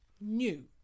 new